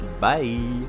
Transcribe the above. bye